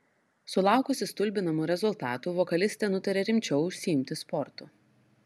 sulaukusi stulbinamų rezultatų vokalistė nutarė rimčiau užsiimti sportu